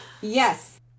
Yes